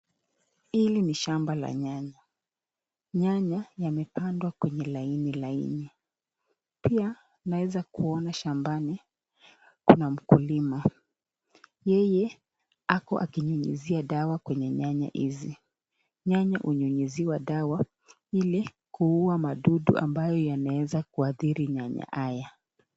Hili ni shamba la nyanya. Nyanya yamepandwa kwenye laini laini, pia naeza kuona shambani kuna mkulima, yeye ako akinyunyuzia dawa kwenye nyanya hizi. Nyanya hunyunyuziwa dawa ili kuua madudu ambao yanaweza kuathiri nyanya haya.